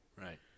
Right